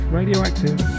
Radioactive